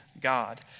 God